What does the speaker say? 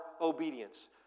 obedience